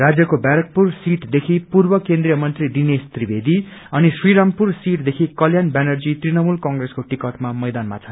राज्यको वैरेकपुर सिटदेखि पूर्व केन्द्रीय मंत्री दिनेश त्रिवेदी अनि श्रीरामपुर सिटदेखि कल्याण बेनर्जी तृणमूल क्प्रेसको टिकटमा मैदानमा छन्